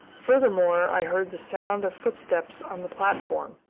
furthermore, i heard the sound of footsteps on the platform.